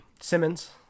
Simmons